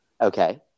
Okay